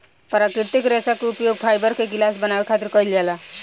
प्राकृतिक रेशा के उपयोग फाइबर के गिलास बनावे खातिर कईल जाला